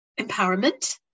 empowerment